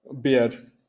beard